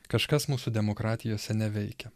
kažkas mūsų demokratijose neveikia